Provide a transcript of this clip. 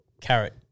carrot